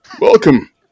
Welcome